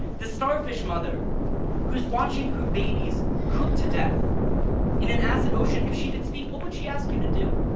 the starfish mother who is watching her babies cook to death in an acid ocean if she could speak, what would she ask you to do?